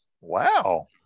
Wow